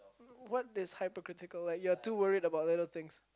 what is hypocritical like you are too worried about little things